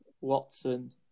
Watson